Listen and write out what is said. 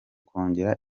kongera